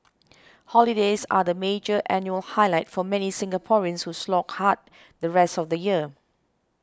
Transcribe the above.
holidays are the major annual highlight for many Singaporeans who slog hard the rest of the year